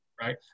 right